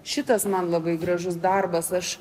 šitas man labai gražus darbas aš